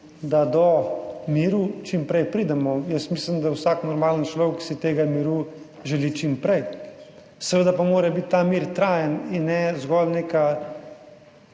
da do miru čim prej pridemo. Jaz mislim, da vsak normalen človek si tega miru želi čim prej, seveda pa mora biti ta mir trajen in ne zgolj neka